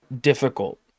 difficult